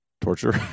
Torture